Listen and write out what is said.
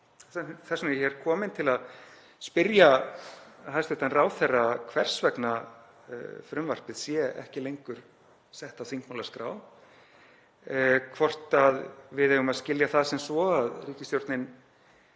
Þess vegna er ég hér kominn til að spyrja hæstv. ráðherra hvers vegna frumvarpið sé ekki lengur sett á þingmálaskrá, hvort við eigum að skilja það sem svo að ríkisstjórnin